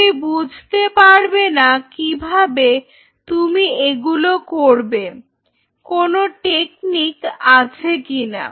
তুমি বুঝতে পারবে না কিভাবে তুমি এগুলো করবে কোনো টেকনিক আছে কিনা